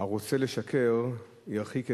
"הרוצה לשקר ירחיק עדותו".